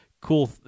cool